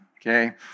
Okay